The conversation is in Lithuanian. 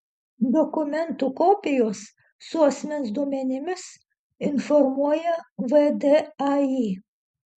dokumentų kopijos su asmens duomenimis informuoja vdai